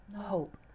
hope